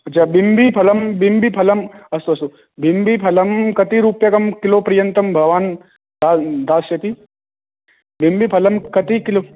अच्छा बिम्बीफलं बिम्बीफलम् अस्तु अस्तु बिम्बीफलं कति रूप्यकं किलो पर्यन्तं भवान् दास्यति बिम्बीफलं कति किलो